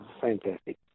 fantastic